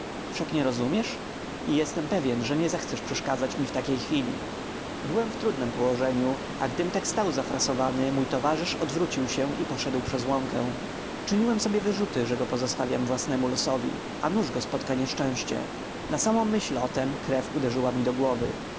mnie rozumiesz i jestem pewien że nie zechcesz przeszkadzać mi w takiej chwili byłem w trudnem położeniu a gdym tak stał zafrasowany mój towarzysz odwrócił się i poszedł przez łąkę czyniłem sobie wyrzuty że go pozostawiam własnemu losowi a nuż go spotka nieszczęście na samą myśl o tem krew uderzyła mi do głowy